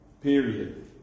Period